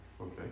Okay